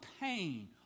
pain